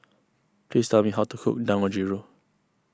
please tell me how to cook Dangojiru